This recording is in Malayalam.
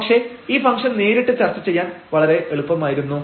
പക്ഷേ ഈ ഫംഗ്ഷൻ നേരിട്ട് ചർച്ച ചെയ്യാൻ വളരെ എളുപ്പമായിരുന്നു